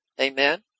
Amen